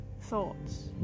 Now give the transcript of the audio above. Thoughts